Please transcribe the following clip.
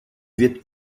wird